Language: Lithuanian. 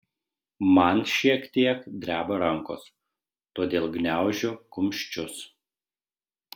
man šiek tiek dreba rankos todėl gniaužiu kumščius